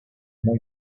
muy